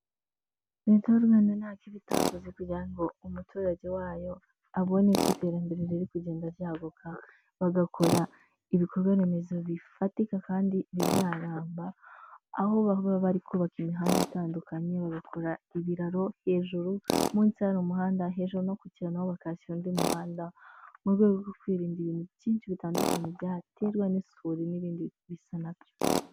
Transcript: Leta y'u Rwanda ntacyo iba itakoze kugira ngo umuturage wayo abone ko iterambere riri kugenda ryaguka, bagakora ibikorwa remezo bifatika kandi bizaramba, aho baba bari kubaka imihanda itandukanye, bagakora ibiraro hejuru munsi hari umuhanda, hejuru no ku kiraro naho bakahashyira undi muhanda, mu rwego rwo kwirinda ibintu byinshi bitandukanye byaterwa n'isuri n'ibindi bisa na byo.